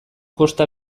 kosta